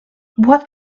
what